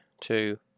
two